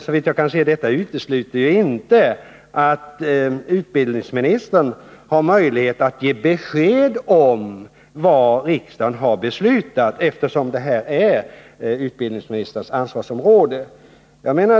Såvitt jag kan se utesluter inte detta att utbildningsministern har möjlighet att ge besked om vad riksdagen har beslutat, eftersom det är utbildningsministerns ansvarsområde.